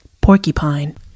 porcupine